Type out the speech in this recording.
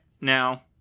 now